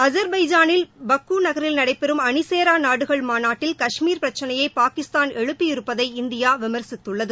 அஜர்பைஜானின் Baku நகரில் நடைபெறும் அணிசேரா நாடுகள் மாநாட்டில் கஷ்மீர் பிரச்சனையை பாகிஸ்தான் எழுப்பி இருப்பதை இந்தியா விமர்சித்துள்ளது